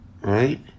right